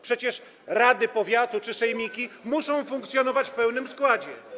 Przecież rady powiatu czy sejmiki muszą funkcjonować w pełnym składzie.